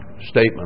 statement